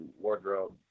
wardrobe